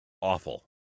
awful